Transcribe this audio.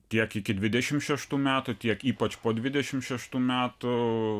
tiek iki dvidešimt šeštų metų tiek ypač po dvidešimt šeštų metų